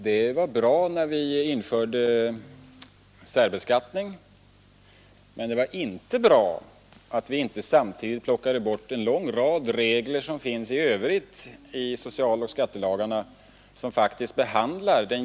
Herr talman! Herr Werner i Tyresö sade att mitt anförande var det mest reaktionära han hört på länge i kammaren.